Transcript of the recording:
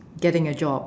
getting a job